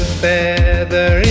feather